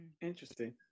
Interesting